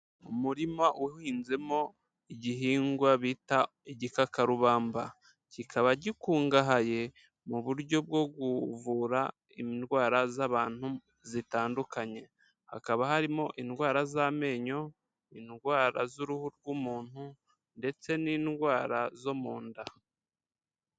Umurima uhinzemo igihingwa bita igikakarubamba. Kikaba gikungahaye mu buryo bwo kuvura indwara z'abantu zitandukanye. Hakaba harimo indwara z'amenyo, indwara z'uruhu rw'umuntu ndetse n'indwara zo mu nda.